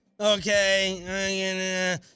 okay